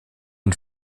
den